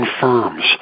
firms